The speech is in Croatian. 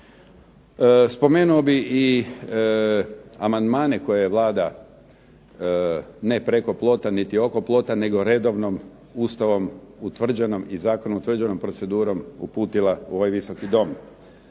Spomenuo bih i amandmane koje je Vlada ne preko plota niti oko plota, nego redovnom ustavom utvrđenom i zakonom utvrđenom procedurom uputila u ovaj Visoki dom.